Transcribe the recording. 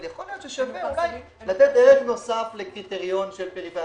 ואולי שווה לתת ערך נוסף לקריטריון של פריפריה.